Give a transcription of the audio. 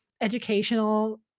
educational